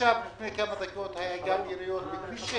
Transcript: עכשיו לפני כמה דקות היו יריות בכביש 6,